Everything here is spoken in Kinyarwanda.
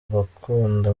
abakunda